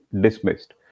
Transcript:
dismissed